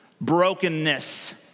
brokenness